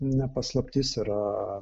ne paslaptis yra